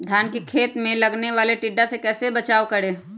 धान के खेत मे लगने वाले टिड्डा से कैसे बचाओ करें?